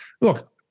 Look